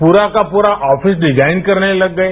पूरा का पूरा ऑफिस डिजाइन करने लग गए